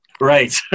right